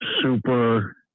super